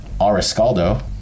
Ariscaldo